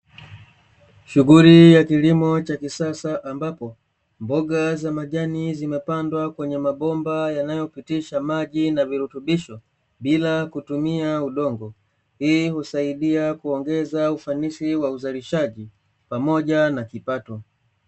Shughuli ya kilimo cha kisasa ambapo mboga za majani zimepandwa kwenye mabomba yanayopitisha maji na virutubisho bila kutumia udongo. Hii husaidia kuongeza ufanisi wa uzalishaji pamoja na kipato.